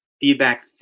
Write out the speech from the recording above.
feedback